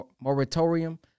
moratorium